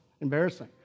embarrassing